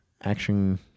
Action